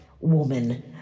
woman